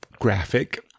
graphic